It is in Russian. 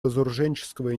разоруженческого